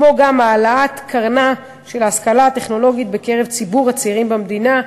כמו גם העלאת קרנה של ההשכלה הטכנולוגית בקרב ציבור הצעירים במדינה.